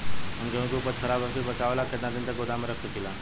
हम गेहूं के उपज खराब होखे से बचाव ला केतना दिन तक गोदाम रख सकी ला?